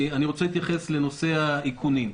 אני רוצה להתייחס לנושא האיכונים.